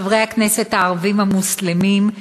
חברי הכנסת הערבים המוסלמים,